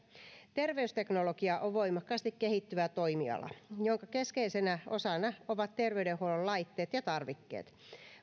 terveysteknologia on voimakkaasti kehittyvä toimiala jonka keskeisenä osana ovat terveydenhuollon laitteet ja tarvikkeet